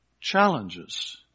challenges